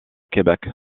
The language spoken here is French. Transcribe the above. québec